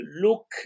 look